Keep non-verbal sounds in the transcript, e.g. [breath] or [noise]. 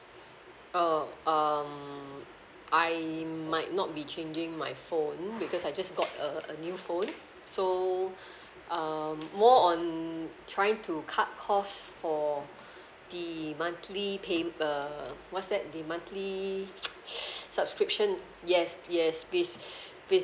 oh um I might not be changing my phone because I just got a a new phone so [breath] um more on trying to cut cost for [breath] the monthly paym~ err what's that the monthly [noise] subscription yes yes please [breath] please